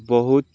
ବହୁତ୍